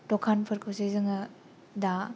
दखानफोरखौ जे जोङो दा